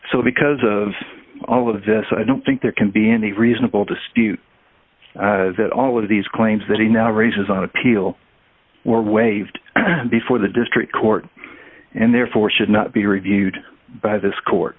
so because of all of this i don't think there can be any reasonable to steve that all of these claims that he now raises on appeal were waived before the district court and therefore should not be reviewed by this court